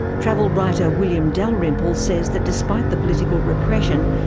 travel writer, william dalrymple says that despite the political repression,